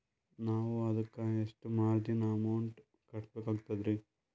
ನಾವು ಅದಕ್ಕ ಎಷ್ಟ ಮಾರ್ಜಿನ ಅಮೌಂಟ್ ಕಟ್ಟಬಕಾಗ್ತದ್ರಿ?